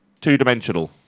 two-dimensional